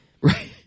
Right